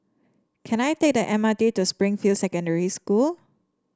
can I take the M R T to Springfield Secondary School